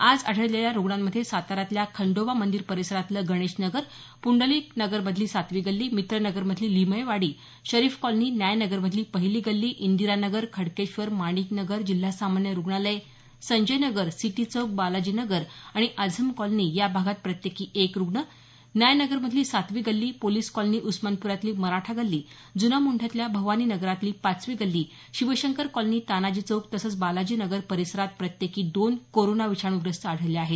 आज आढळलेल्या रुग्णांमध्ये साताऱ्यातल्या खंडोबा मंदिर परिसरातलं गणेश नगर पुंडलिक नगर मधली सातवी गल्ली मित्र नगर मधली लिमयेवाडी शरीफ कॉलनी न्याय नगरमधली पहिली गल्ली इंदिरा नगर खडकेश्वर माणिक नगर जिल्हा सामान्य रुग्णालय संजय नगर सिटी चौक बालाजी नगर आणि आझम कॉलनी या भागात प्रत्येकी एक रुग्ण न्याय नगरमधली सातवी गल्ली पोलिस कॉलनी उस्मानपुऱ्यातली मराठा गल्ली जुना मोंढ्यातल्या भवानी नगरातली पाचवी गल्ली शिवशंकर कॉलनी तानाजी चौक तसंच बालाजी नगर परिसरात प्रत्येक दोन कोरोना विषाणूग्रस्त आढळले आहेत